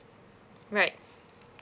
right